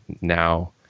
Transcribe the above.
now